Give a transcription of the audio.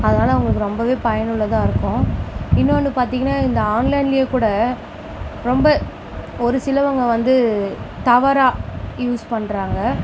அதனால் அவங்களுக்கு ரொம்பவே பயனுள்ளதாக இருக்கும் இன்னொன்று பார்த்திங்கன்னா இந்த ஆன்லைன்லயே கூட ரொம்ப ஒரு சிலவங்க வந்து தவறாக யூஸ் பண்ணுறாங்க